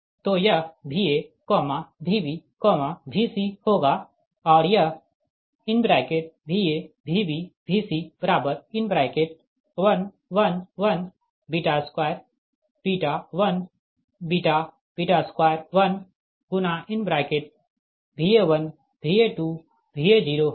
तो यह Va Vb Vc होगा और यह Va Vb Vc 1 1 1 2 1 2 1 Va1 Va2 Va0 होगा